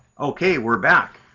okay, we're back!